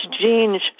genes